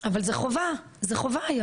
אבל זה חובה היום.